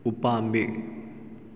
ꯎꯄꯥꯝꯕꯤ